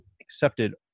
accepted